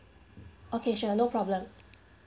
okay sure no problem